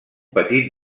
petit